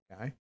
okay